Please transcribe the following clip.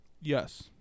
Yes